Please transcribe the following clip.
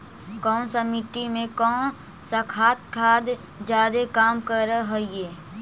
कौन सा मिट्टी मे कौन सा खाद खाद जादे काम कर हाइय?